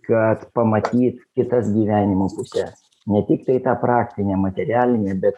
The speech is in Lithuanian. kad pamatyt kitas gyvenimo puses ne tiktai tą praktinę materialinę bet